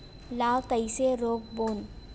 ला कइसे रोक बोन?